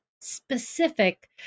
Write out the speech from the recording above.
specific